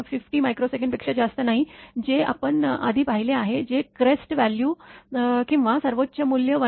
2×50 μs पेक्षा जास्त नाही जे आपण आधी पाहिले आहे जे क्रेस्ट व्हॅल्यू किंवा सर्वोच्च मूल्य 1